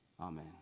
Amen